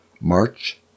March